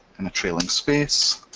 and a trailing space,